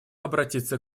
обратиться